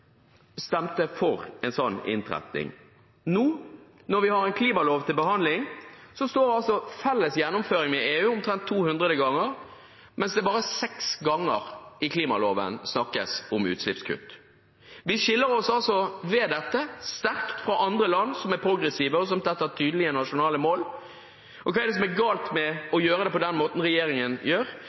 stemte for en slik innretning. Når vi nå har en klimalov til behandling, står «felles gjennomføring med EU» omtrent 200 ganger, mens det i klimaloven snakkes bare seks ganger om utslippskutt. Vi skiller oss ved dette sterkt fra andre land som er progressive og som setter tydelige nasjonale mål. Hva er galt med å gjøre det på den måten regjeringen gjør?